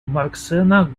марксэна